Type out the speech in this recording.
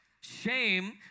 Shame